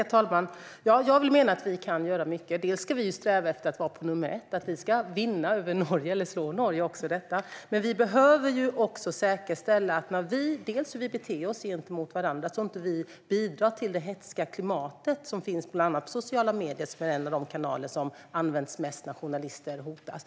Herr talman! Jag menar att vi kan göra mycket. Vi ska först och främst sträva efter att vara nummer ett. Vi ska vinna över och slå Norge även här. Vi i Sverige behöver dock även tänka på hur vi beter oss mot varandra, så att vi inte bidrar till det hätska klimat som bland annat finns i sociala medier. Det är en av de kanaler som används mest när journalister hotas.